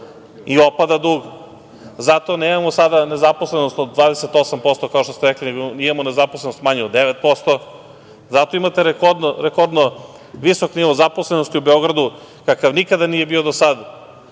i opada dug. Zato sada nemamo nezaposlenost od 28%, kao što ste rekli, nego imamo nezaposlenost manju od 9%. Zato imate rekordno visok nivo zaposlenosti u Beogradu, kakav nikada nije bio do sada.